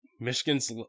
Michigan's